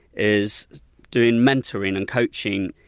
is doing mentoring and coaching.